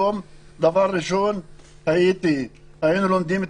ודבר ראשון בכל יום היינו לומדים את